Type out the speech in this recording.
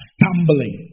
Stumbling